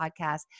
podcast